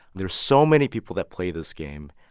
there are so many people that play this game.